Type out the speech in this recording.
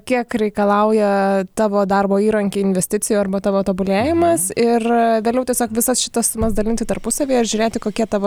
kiek reikalauja tavo darbo įrankiai investicijų arba tavo tobulėjimas ir vėliau tiesiog visas šitas sumas dalinti tarpusavyje ir žiūrėti kokie tavo